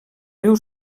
riu